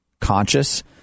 conscious